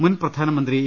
മുൻ പ്രധാനമന്ത്രി എ